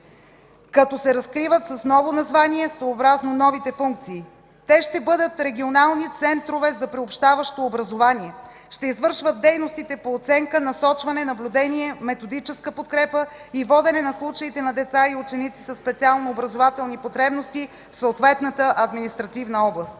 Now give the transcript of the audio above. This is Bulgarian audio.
като се разкриват с ново название, съобразно новите функции. Те ще бъдат регионални центрове за приобщаващо образование, ще извършват дейностите по оценка, насочване, наблюдение, методическа подкрепа и водене на случаите на деца и ученици със специално образователни потребности в съответната административна област.